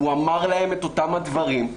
הוא אמר להן את אותם הדברים.